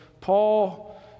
Paul